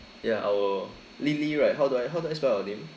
ya I will lily right how do I how do I spell your name